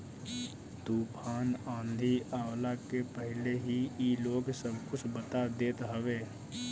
तूफ़ान आंधी आवला के पहिले ही इ लोग सब कुछ बता देत हवे